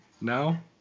now